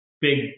big